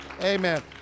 Amen